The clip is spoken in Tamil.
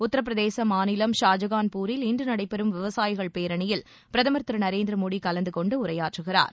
உத்தர பிரதேசம் மாநிலம் ஷாஜகான்பூரில் இன்று நடைபெறும் விவசாயிகள் பேரணியில் பிரதம் திரு நரேந்திர மோடி கலந்து கொண்டு உரையாற்றுகிறார்